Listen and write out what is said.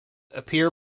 appear